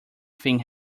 thing